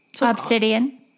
Obsidian